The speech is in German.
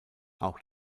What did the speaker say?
auch